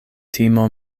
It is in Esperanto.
timo